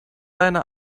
deine